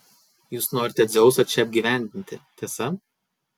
jūs norite dzeusą čia apgyvendinti tiesa